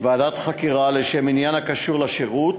ועדת חקירה לעניין הקשור לשירות,